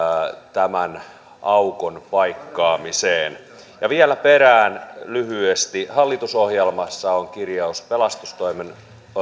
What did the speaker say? tämän aukon paikkaamiseen vielä perään lyhyesti hallitusohjelmassa on kirjaus pelastustoimen